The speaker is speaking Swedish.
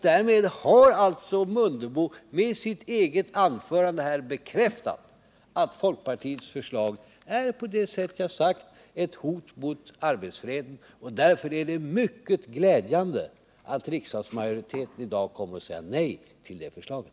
Därmed har alltså herr Mundebo med sitt eget anförande här bekräftat att folkpartiets förslag är, på det sätt som jag har sagt, ett hot mot arbetsfreden. Därför är det mycket glädjande att riksdagsmajoriteten i dag kommer att säga nej till det förslaget.